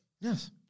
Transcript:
Yes